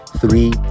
Three